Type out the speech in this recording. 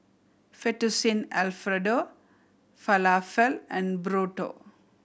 Fettuccine Alfredo Falafel and Burrito